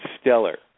stellar